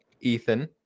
Ethan